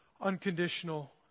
unconditional